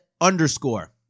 underscore